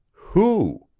who?